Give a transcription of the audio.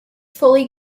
fully